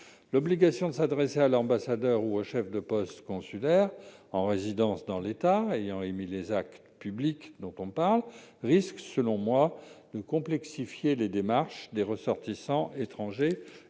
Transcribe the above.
L'obligation de s'adresser à l'ambassadeur ou au chef de poste consulaire français en résidence dans l'État ayant émis les actes publics risque, selon moi, de complexifier les démarches des ressortissants étrangers établis